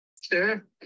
Sure